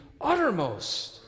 uttermost